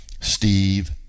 Steve